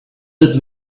that